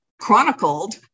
chronicled